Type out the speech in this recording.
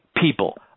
people